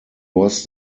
was